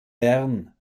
bern